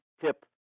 tip